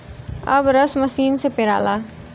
अब रस मसीन से पेराला